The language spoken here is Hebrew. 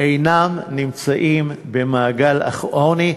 הם אינם נמצאים במעגל העוני,